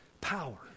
power